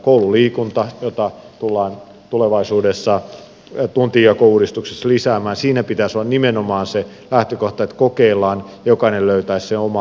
koululiikunnassa jota tullaan tulevaisuudessa tuntijakouudistuksessa lisäämään pitäisi olla nimenomaan se lähtökohta että kokeillaan ja jokainen löytäisi sen oman lajin